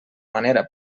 manera